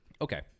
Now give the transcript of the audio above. Okay